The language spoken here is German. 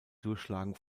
durchschlagen